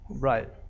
Right